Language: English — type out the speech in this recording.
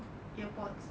ear ports